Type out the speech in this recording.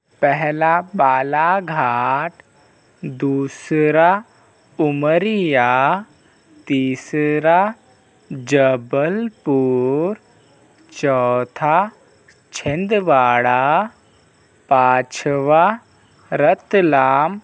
पहला बालाघाट दूसरा उमरिया तीसरा जबलपुर चौथा छिन्दवाड़ा पाँचवाँ रतलाम